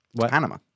Panama